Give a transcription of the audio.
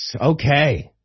Okay